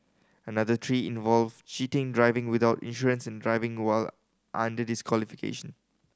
another three involve cheating driving without insurance and driving while under disqualification